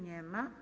Nie ma.